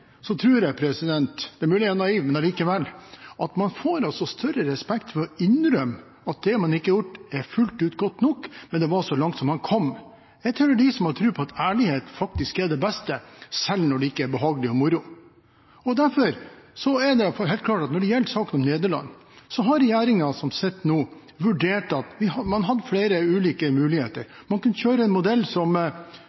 jeg – det er mulig jeg er naiv – at man får større respekt ved å innrømme at det man har gjort, ikke er fullt ut godt nok, men det var så langt som man kom. Jeg tilhører dem som har tro på at ærlighet faktisk er det beste, selv når det ikke er behagelig og moro. Derfor er det helt klart at når det gjelder saken om Nederland, har regjeringen som sitter nå, vurdert flere ulike muligheter. Man